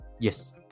Yes